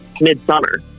Midsummer